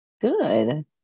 Good